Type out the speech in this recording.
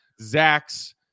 Zach's